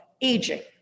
aging